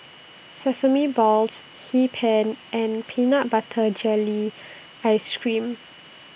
Sesame Balls Hee Pan and Peanut Butter Jelly Ice Cream